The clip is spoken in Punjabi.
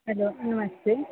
ਹੈਲੋ ਨਮਸਤੇ